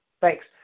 Thanks